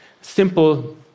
simple